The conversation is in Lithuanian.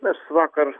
mes vakar